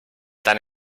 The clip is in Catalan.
tant